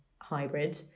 hybrid